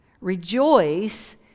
Rejoice